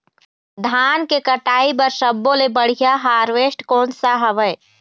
धान के कटाई बर सब्बो ले बढ़िया हारवेस्ट कोन सा हवए?